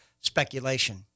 speculation